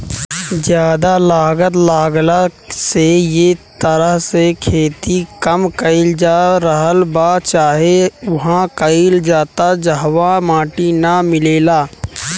ज्यादा लागत लागला से ए तरह से खेती कम कईल जा रहल बा चाहे उहा कईल जाता जहवा माटी ना मिलेला